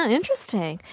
Interesting